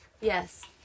yes